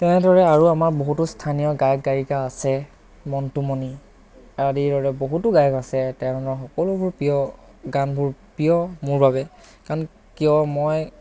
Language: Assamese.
তেনেদৰে আৰু আমাৰ বহুতো স্থানীয় গায়ক গায়িকা আছে মণ্টূমনি আদিৰ দৰে বহুতো গায়ক আছে তেওঁলোকৰ সকলোবোৰ প্ৰিয় গানবোৰ প্ৰিয় মোৰ বাবে কাৰণ কিয় মই